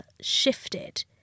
shifted